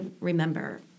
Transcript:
remember